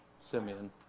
Simeon